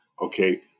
okay